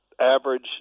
average